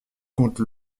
contre